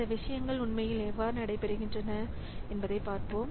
இந்த விஷயங்கள் உண்மையில் எவ்வாறு நடைபெறுகின்றன என்பதைப் பார்ப்போம்